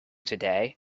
today